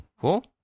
Cool